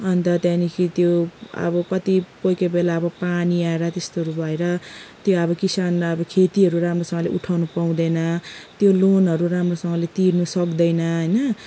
अन्त त्यहाँदेखि त्यो अब कति कोही कोही बेला अब पानी आएर त्यस्तोहरू भएर त्यो अब किसानहरू त्यो खेतीहरू राम्रोसँगले उठाउनु पाउँदैन त्यो लोनहरू राम्रोसँगले तिर्नु सक्दैन होइन